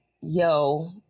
yo